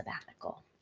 sabbatical